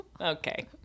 Okay